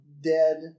dead